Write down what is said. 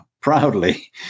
proudly